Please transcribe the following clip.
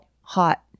hot